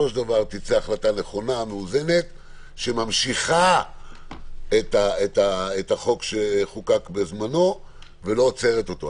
תצא החלטה נכונה ומאוזנת שממשיכה את החוק שחוקק בזמנו ולא עוצרת אותו.